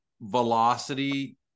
velocity